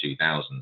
2000s